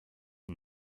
une